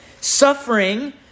Suffering